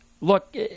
look